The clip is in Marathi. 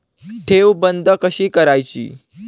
ठेव बंद कशी करायची?